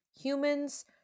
humans